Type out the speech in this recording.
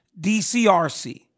DCRC